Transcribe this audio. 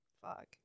Fuck